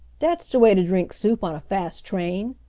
dat's de way to drink soup on a fast train,